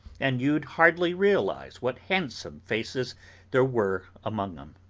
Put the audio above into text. and you'd hardly realise what handsome faces there were among em.